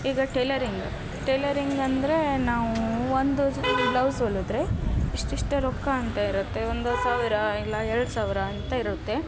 ಈಗ tailoring tailoring ಅಂದರೆ ನಾವು ಒಂದು ಬ್ಲೌಸ್ ಹೊಲುದ್ರೆ ಇಷ್ಟಿಷ್ಟೇ ರೊಕ್ಕ ಅಂತ ಇರುತ್ತೆ ಒಂದು ಸಾವಿರ ಇಲ್ಲ ಎರಡು ಸಾವಿರ ಅಂತ ಇರುತ್ತೆ